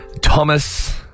Thomas